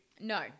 No